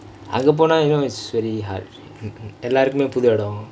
அதுக்கபுரம் தான்:athukapram thaan you know it's very hard எல்லாருக்குமே புது இடம்:ellaarukkume puthu edam